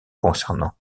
concernant